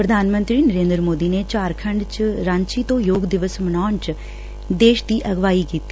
ਪ੍ਰਧਾਨ ਮੰਤਰੀ ਨਰੇਂਦਰ ਮੋਦੀ ਨੇ ਝਾਰਖੰਡ ਚ ਰਾਚੀਂ ਤੋਂ ਯੋਗ ਦਿਵਸ ਮਨਾਉਣ ਚ ਦੇਸ਼ ਦੀ ਅਗਵਾਈ ਕੀਤੀ